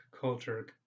culture